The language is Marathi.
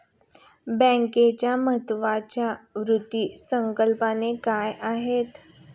बँकिंगच्या महत्त्वाच्या वित्त संकल्पना काय आहेत?